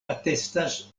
atestas